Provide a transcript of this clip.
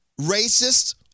racist